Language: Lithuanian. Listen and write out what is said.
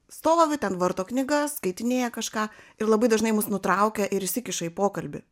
stovi ten varto knygas skaitinėja kažką ir labai dažnai mus nutraukia ir įsikiša į pokalbį